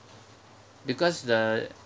because the